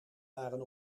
waren